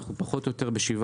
אנחנו פחות או יותר ב-7%.